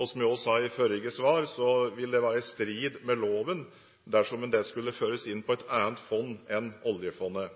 og som jeg også sa i forrige svar, ville det være i strid med loven dersom det skulle føres inn på et annet fond enn oljefondet.